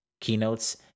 keynotes